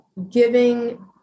giving